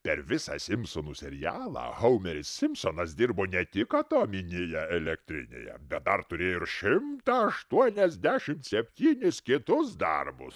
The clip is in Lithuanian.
per visą simsponų serialą houmeris simpsonas dirbo ne tik atominėje elektrinėje bet dar turėjo ir šimtą aštuoniasdešim septynis kitus darbus